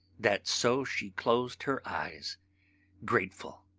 that so she closed her eyes grateful?